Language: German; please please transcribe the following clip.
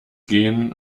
gehen